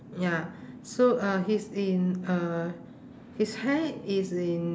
ya so uh he's in uh his hair is in